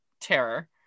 terror